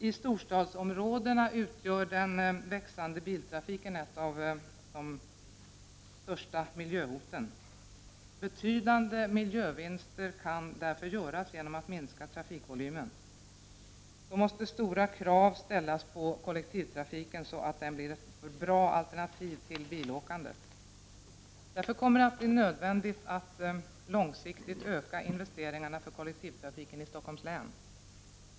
I storstadsområdena utgör den ökande biltrafiken ett av de största miljöhoten. Betydande miljövinster kan därför göras genom att minska trafikvolymen. Stora krav måste då ställas på kollektivtrafiken så att den blir ett bra alternativ till bilåkandet. Det kommer därför att bli nödvändigt att långsiktigt öka investeringarna för kollektivtrafiken i Stockholms län.